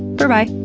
berbye.